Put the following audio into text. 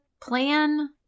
plan